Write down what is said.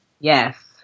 Yes